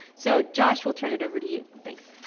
so, josh, we'll turn it over to you. thanks.